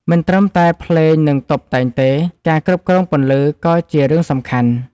មិនត្រឹមតែភ្លេង និងតុបតែងទេ ការគ្រប់គ្រងពន្លឺក៏ជារឿងសំខាន់។